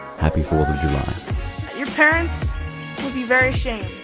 happy fourth of july your parents would be very ashamed.